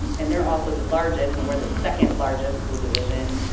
and they're also the largest, and we're the second largest school division,